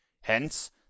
hence